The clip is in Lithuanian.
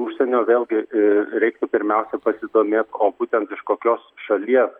užsienio vėlgi ee reiktų pirmiausia pasidomėti o būtent iš kokios šalies